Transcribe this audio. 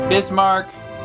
Bismarck